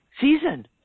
season